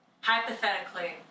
hypothetically